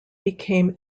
became